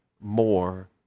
more